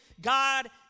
God